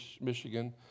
Michigan